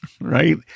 Right